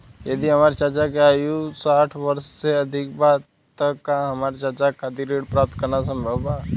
यदि हमार चाचा के आयु साठ वर्ष से अधिक बा त का हमार चाचा के खातिर ऋण प्राप्त करना संभव बा?